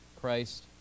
Christ